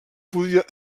podia